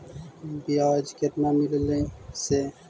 बियाज केतना मिललय से?